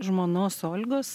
žmonos olgos